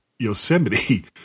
Yosemite